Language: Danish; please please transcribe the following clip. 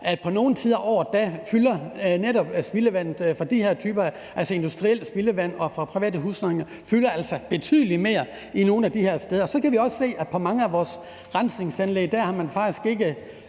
at på nogle tider af året fylder netop spildevandet fra de her typer, altså industrielt spildevand og spildevand fra private husholdninger, betydelig mere nogle af de her steder. Vi kan også se, at på mange af vores rensningsanlæg har man faktisk ikke